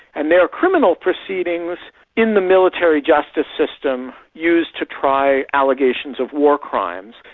and they are criminal proceedings in the military justice system used to try allegations of war crimes.